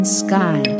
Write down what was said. sky